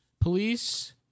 Police